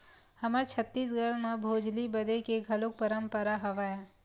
हमर छत्तीसगढ़ म भोजली बदे के घलोक परंपरा हवय